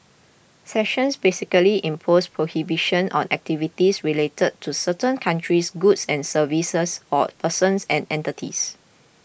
sanctions basically impose prohibitions on activities relating to certain countries goods and services or persons and entities